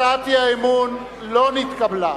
הצעת האי-אמון לא נתקבלה.